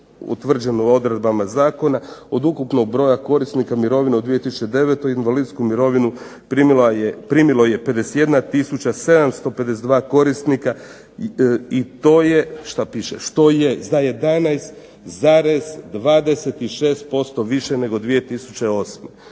utvrđenu odredbama zakona, od ukupnog broja korisnika mirovine u 2009. invalidsku mirovinu primilo je 51752 korisnika i to je, što piše, što je za 11,26% više nego 2008.